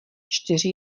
čtyři